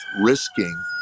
risking